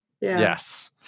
Yes